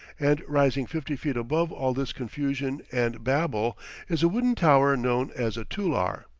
and rising fifty feet above all this confusion and babel is a wooden tower known as a tullar.